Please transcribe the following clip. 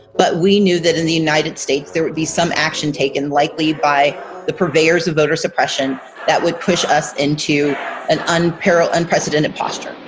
but we knew that in the united states there would be some action taken likely by the purveyors of voter suppression that would push us into an unparalleled, unprecedented posture.